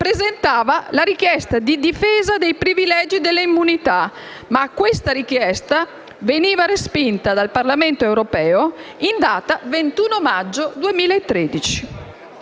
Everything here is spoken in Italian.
presentava la richiesta di difesa dei privilegi e delle immunità, ma questa richiesta veniva respinta dal Parlamento europeo in data 21 maggio 2013.